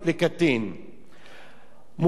מוצע להכליל איסור שכזה,